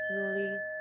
release